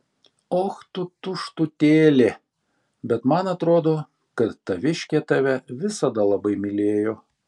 och tu tuštutėlė bet man atrodo kad taviškė tave visada labai mylėjo